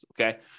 okay